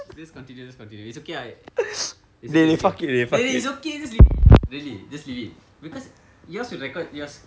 just continue just continue it's okay I it's okay it's okay dey dey it's okay just leave it really just leave it because yours will record yours